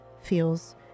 feels